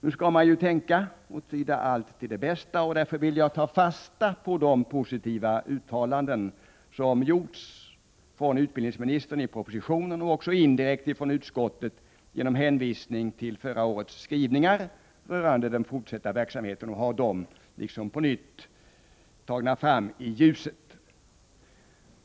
Men man skall ju tänka och tyda allt till det bästa, och därför vill jag ta fasta på de positiva uttalanden som gjorts av utbildningsministern i propositionen och också indirekt av utskottet genom hänvisning till förra årets skrivningar rörande den fortsatta verksamheten och ha dem på nytt framtagna i ljuset.